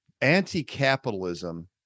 anti-capitalism